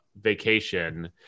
vacation